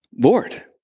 Lord